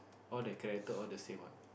all the character all the same what